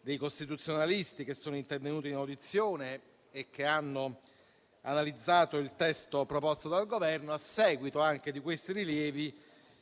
dei costituzionalisti intervenuti in audizione e che hanno analizzato il testo proposto dal Governo, l'Esecutivo, come ben sappiamo,